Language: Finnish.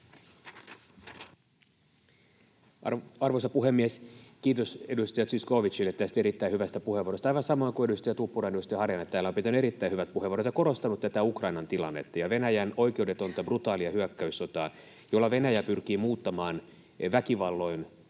Arvoisa puhemies! Kiitos edustaja Zyskowiczille tästä erittäin hyvästä puheenvuorosta. Aivan samoin kuin edustaja Tuppurainen ja edustaja Harjanne täällä ovat pitäneet erittäin hyvät puheenvuorot ja korostaneet tätä Ukrainan tilannetta ja Venäjän oikeudetonta, brutaalia hyökkäyssotaa, jolla Venäjä pyrkii muuttamaan väkivalloin